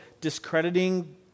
discrediting